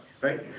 right